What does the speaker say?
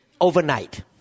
overnight